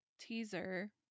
teaser